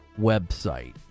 website